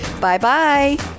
Bye-bye